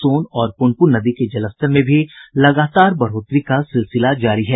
सोन और पुनपुन नदी के जलस्तर में भी लगातार बढ़ोतरी का सिलसिला जारी है